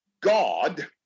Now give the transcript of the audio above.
god